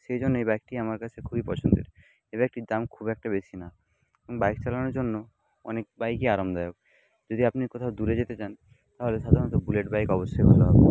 সেই জন্যে এই বাইকটি আমার কাছে খুবই পছন্দের এই বাইকটির দাম খুব একটা বেশি না বাইক চালানোর জন্য অনেক বাইকই আরামদায়ক যদি আপনি কোথাও দূরে যেতে চান তাহলে সাধারণত বুলেট বাইক অবশ্যই ভালো হবে